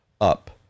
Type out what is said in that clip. up